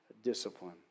Discipline